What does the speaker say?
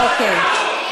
אוקיי.